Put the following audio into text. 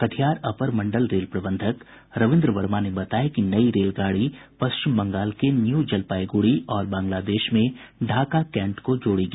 कटिहार अपर मंडल रेल प्रबंधक रविन्द्र वर्मा ने बताया कि नई रेलगाड़ी पश्चिम बंगाल के न्यू जलपाई गुडी और बांग्लादेश में ढाका कैंट को जोड़ेगी